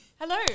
Hello